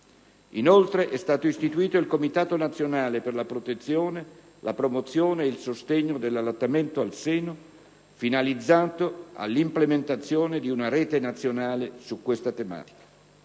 Inoltre, è stato istituito il "Comitato nazionale per la protezione, la promozione e il sostegno dell'allattamento al seno", finalizzato all'implementazione di una rete nazionale su questa tematica;